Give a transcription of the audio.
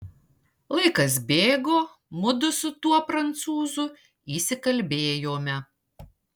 laikas bėgo mudu su tuo prancūzu įsikalbėjome